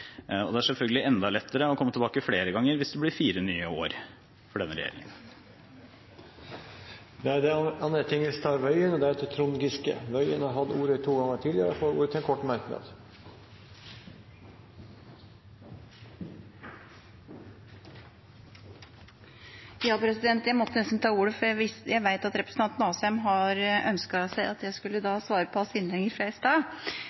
tilbake. Det er selvfølgelig enda lettere å komme tilbake flere ganger hvis det blir fire nye år for denne regjeringen. Representanten Anne Tingelstad Wøien har hatt ordet to ganger tidligere og får ordet til en kort merknad, begrenset til 1 minutt. Jeg måtte nesten ta ordet for jeg vet at representanten Asheim har ønsket at jeg skulle svare på hans innlegg fra i